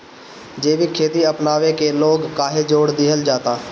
जैविक खेती अपनावे के लोग काहे जोड़ दिहल जाता?